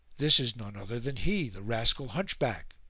this is none other than he, the rascal hunchback!